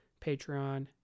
Patreon